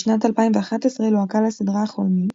בשנת 2011 לוהקה לסדרה "החולמים",